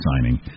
signing